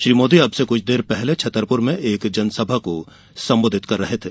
श्री मोदी अब से कुछ देर पहले छतरपुर में एक जनसभा को संबोधित कर रहे थे